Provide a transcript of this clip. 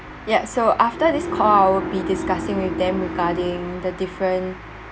ya so after this call I will be discussing with them regarding the different